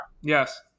Yes